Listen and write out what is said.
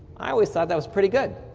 i always thought that was pretty good.